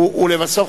ולבסוף,